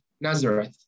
Nazareth